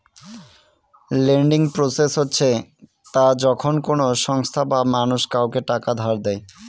lending process হচ্ছে তা যখন কোনো সংস্থা বা মানুষ কাউকে টাকা ধার দেয়